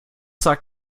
sagt